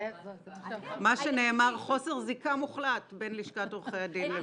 של לשכת עורכי הדין.